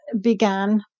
began